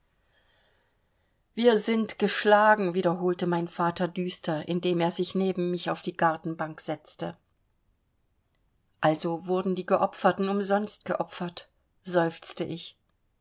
wir sind geschlagen wiederholte mein vater düster indem er sich neben mich auf die gartenbank setzte also wurden die geopferten umsonst geopfert seufzte ich